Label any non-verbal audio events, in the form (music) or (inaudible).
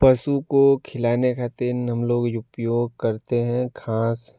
पशु को खिलाने (unintelligible) हम लोग उपयोग करते है घास